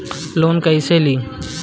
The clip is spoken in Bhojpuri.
लोन कईसे ली?